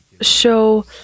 show